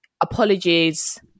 apologies